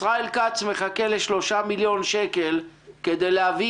ישראל כץ מחכה ל-3 מיליון שקלים כדי להביא